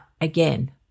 again